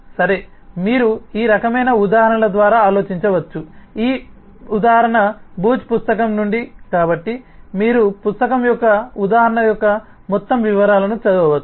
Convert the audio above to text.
సరే మీరు ఈ రకమైన ఉదాహరణల ద్వారా ఆలోచించవచ్చు ఈ ఉదాహరణ బూచ్ పుస్తకం నుండి కాబట్టి మీరు పుస్తకం యొక్క ఉదాహరణ యొక్క మొత్తం వివరాలను చదవవచ్చు